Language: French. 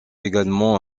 également